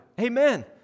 Amen